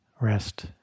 rest